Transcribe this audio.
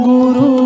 Guru